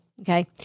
Okay